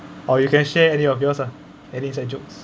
or you can share any of yours ah any inside jokes